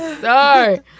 Sorry